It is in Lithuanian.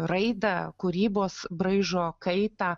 raidą kūrybos braižo kaitą